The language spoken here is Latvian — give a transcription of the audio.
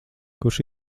kurš